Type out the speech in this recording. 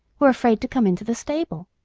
were afraid to come into the stable.